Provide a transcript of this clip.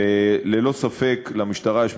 וללא ספק למשטרה יש,